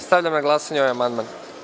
Stavljam na glasanje amandman.